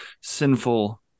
sinful